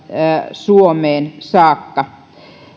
suomeen saakka